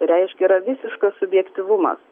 reiškia yra visiškas subjektyvumas